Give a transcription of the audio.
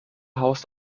haust